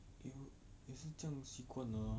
也是这样习惯了啊